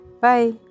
bye